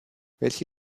welche